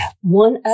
One